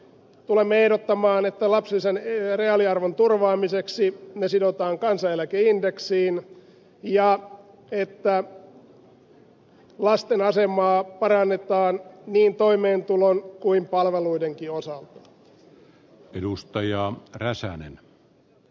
tulemme ehdottamaan että lapsilisän reaaliarvon turvaamiseksi ne sidotaan kansaneläkeindeksiin ja että lasten asemaa parannetaan niin toimeentulon kuin palveluidenkin osalta